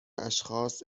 اشخاص